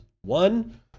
One